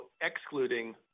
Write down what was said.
excluding